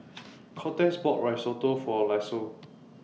Cortez bought Risotto For Lisle